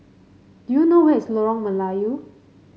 do you know where is Lorong Melayu